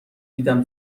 دیدم